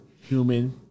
human